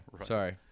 sorry